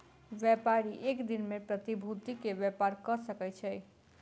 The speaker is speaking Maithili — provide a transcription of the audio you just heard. व्यापारी एक दिन में प्रतिभूति के व्यापार कय सकै छै